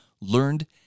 learned